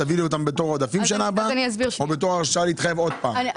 תביאי לי אותם בשנה הבאה כעודפים או עוד פעם כהרשאה להתחייב?